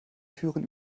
führen